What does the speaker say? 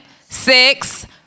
six